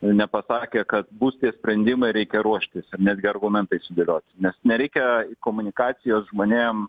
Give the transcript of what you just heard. nepasakė kad bus tie sprendimai ir reikia ruoštis netgi argumentais sudėliot nes nereikia komunikacijos žmonėm